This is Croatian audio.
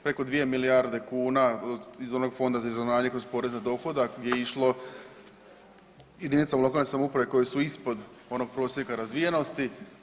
Preko 2 milijarde kuna iz onog Fonda za izravnanje kroz porez na dohodak je išlo jedinicama lokalne samouprave koje su ispod onog prosjeka razvijenosti.